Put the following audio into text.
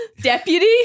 Deputy